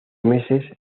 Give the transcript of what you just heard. meses